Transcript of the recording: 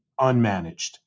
unmanaged